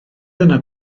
yno